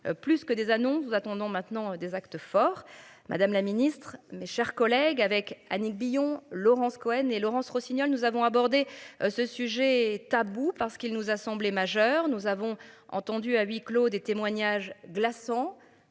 Plus que des annonces. Nous attendons maintenant des actes forts Madame la Ministre, mes chers collègues avec Annick Billon Laurence Cohen et Laurence Rossignol. Nous avons abordé ce sujet tabou, parce qu'il nous a semblé. Nous avons entendu à huis clos des témoignages glaçants